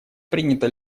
принято